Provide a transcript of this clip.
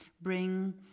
bring